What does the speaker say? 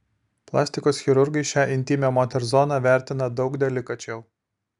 plastikos chirurgai šią intymią moters zoną vertina daug delikačiau